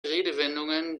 redewendungen